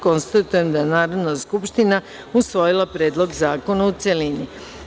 Konstatujem da je Narodna skupština usvojila Predlog zakona, u celini.